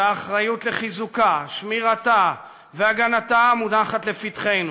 והאחריות לחיזוקה, שמירתה והגנתה מונחת לפתחנו,